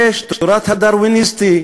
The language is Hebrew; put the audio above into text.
יש התורה הדרוויניסטית,